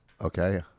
Okay